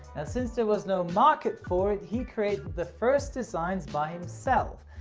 and since there was no market for it, he created the first designs by himself.